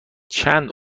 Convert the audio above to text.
چند